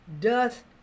doth